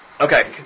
Okay